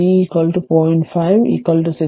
5 60 30 എന്നതിലേക്ക് e ലേക്ക് power 0